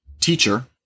teacher